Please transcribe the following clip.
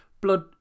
Blood